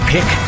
Pick